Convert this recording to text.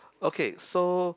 okay so